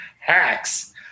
hacks